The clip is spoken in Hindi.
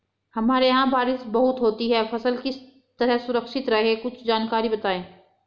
हमारे यहाँ बारिश बहुत होती है फसल किस तरह सुरक्षित रहे कुछ जानकारी बताएं?